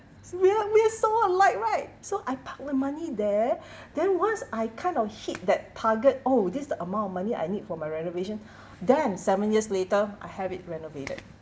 we're we're so alike right so I park the money there then once I kind of hit that target oh this is the amount of money I need for my renovation then seven years later a have it renovated